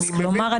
כלומר,